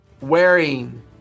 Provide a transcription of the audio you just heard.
wearing